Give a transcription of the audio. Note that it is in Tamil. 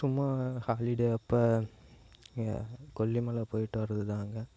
சும்மா ஹாலிடே அப்போ கொல்லிமலை போய்ட்டு வரதுதாங்க